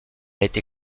été